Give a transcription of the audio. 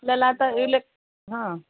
आपल्याला आता इलेक् हा